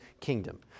kingdom